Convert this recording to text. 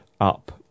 up